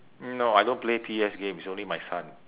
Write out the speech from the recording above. mm no I don't play P_S games only my son